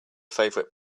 favorite